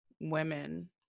women